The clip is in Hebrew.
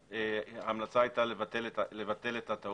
ההמלצה היתה לבטל את הטעות